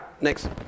next